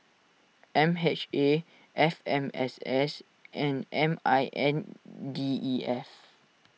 M H A F M S S and M I N D E F